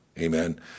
amen